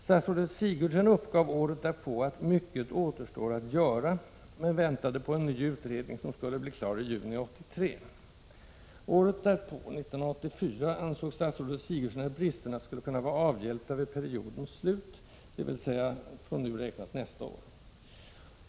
Statsrådet Sigurdsen uppgav året därpå att ”mycket återstår att göra”, men väntade på en ny utredning som skulle bli klar i juni 1983. Året därpå ansåg statsrådet Sigurdsen att bristerna skulle kunna vara avhjälpta vid periodens slut, dvs. från nu räknat nästa år.